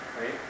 right